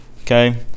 Okay